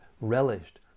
relished